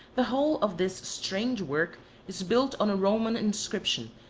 the whole of this strange work is built on a roman inscription,